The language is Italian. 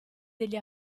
degli